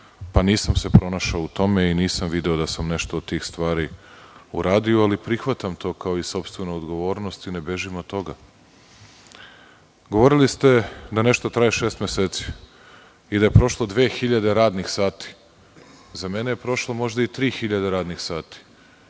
Nisam se pronašao u tome i nisam video da sam nešto od tih stvari uradio, ali prihvatam to kao sopstvenu odgovornost i ne bežim od toga. Govorili ste da nešto traje šest meseci i da je prošlo 2000 radnih sati. Za mene je prošlo možda i 3000 radnih sati